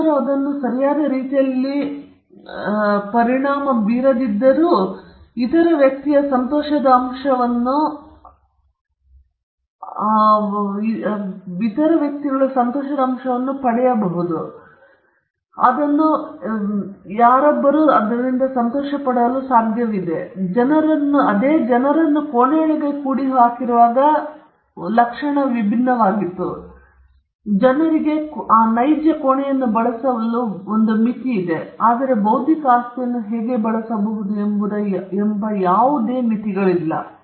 ಜನರು ಅದನ್ನು ಸರಿಯಾದ ರೀತಿಯಲ್ಲಿ ಪರಿಣಾಮ ಬೀರದಿದ್ದರೂ ಅಥವಾ ಇತರ ವ್ಯಕ್ತಿಯ ಸಂತೋಷದ ಅಂಶವನ್ನು ಅದೇ ಸಮಯದಲ್ಲಿ ಬಳಸಿಕೊಳ್ಳುವಲ್ಲಿ ಪರಿಣಾಮಕಾರಿಯಾಗದೆ ಅದನ್ನು ಬಳಸಲು ಸಾಧ್ಯವಾಯಿತು ಜನರು ಕೋಣೆಯೊಳಗೆ ಕೂಡಿಹಾಕಿರುವಾಗ ಅದು ವಿಭಿನ್ನವಾಗಿತ್ತು ಜನರಿಗೆ ಕೋಣೆಯನ್ನು ಬಳಸಬಹುದಾದ ಮಿತಿಗಳಿವೆ ಆದರೆ ಬೌದ್ಧಿಕ ಆಸ್ತಿಯನ್ನು ಹೇಗೆ ಬಳಸಬಹುದು ಎಂಬುದಕ್ಕೆ ಯಾವುದೇ ಮಿತಿಗಳಿಲ್ಲ